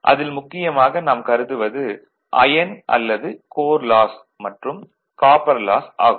அதில் முக்கியமாக நாம் கருதுவது அயர்ன் அல்லது கோர் லாஸ் மற்றும் காப்பர் லாஸ் ஆகும்